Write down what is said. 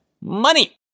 money